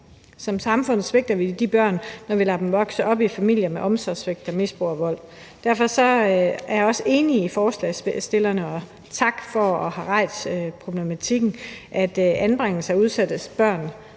Som samfund svigter vi de børn, når vi lader dem vokse op i familier med omsorgssvigt, misbrug og vold. Derfor er jeg også enig med forslagsstillerne – og tak for at have rejst problematikken – i, at anbringelser af udsatte børn